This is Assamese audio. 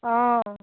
অঁ